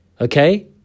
okay